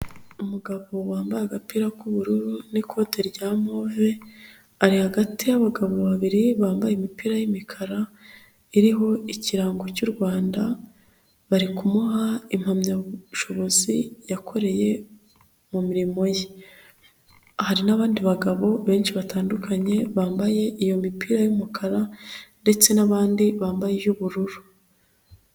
Umugabo wambaye agapira k'ubururu n'ikote rya move, ari hagati y'abagabo babiri bambaye imipira y'imikara iriho ikirango cy'u Rwanda bari kumuha impamyabushobozi yakoreye mu mirimo ye. Hari n'abandi bagabo benshi batandukanye bambaye iyo mipira y'umukara ndetse n'abandi bambaye iy'ubururu.